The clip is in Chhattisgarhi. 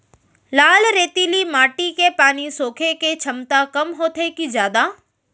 लाल रेतीली माटी के पानी सोखे के क्षमता कम होथे की जादा?